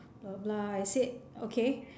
blah blah I said okay